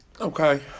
Okay